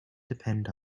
depend